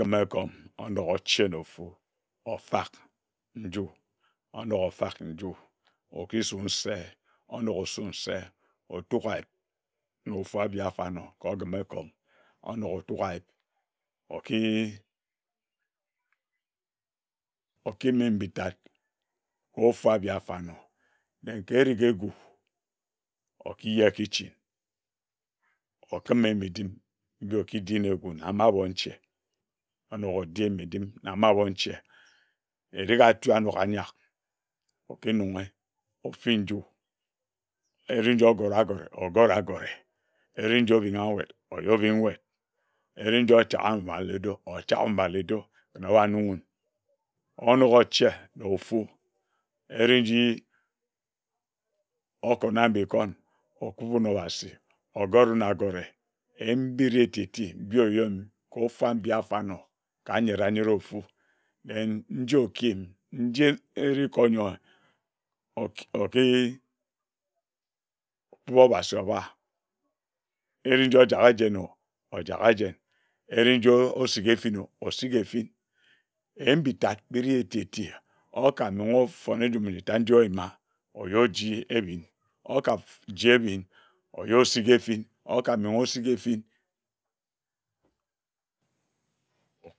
Ogime ekom onogho oche nno ofu ofak nju. onoghe ofak nju okisu nse onogho osu nse, oyuk ayip nofu abi afanor ka ogim ekom onogho otuk ayip oki okimin mbitat ofabi afanor nenkere ndiegu okiye kitchen okimen mbidin nji okidin nnegu anaba abon nche onogho odien nedi na ma abon nche, erika atu anogha anyak okinonghe ofin nju ere nji ogara agore ogora ogara, ere nji obingha nwed obing nwed, ere nji ochagan mba ludo ochagan mba ludo ken oba nogin onok oche na ofu ere nji okonan mbe ekon okubino obasi ogorina agore yin ndidi etieti binyin kor efanor ka nyera nyera ofu den nji okiyimin njie ere kor onyoer ork kub obasi oba kpe ere nji ojak ejeno ojak ejen ere nji osike efino osik efin. yin mbitat beri etieti okamongho ofon njume etat nji oyima oyor ji ebin okar jie ebin oyo sik efin okamenghe osik efin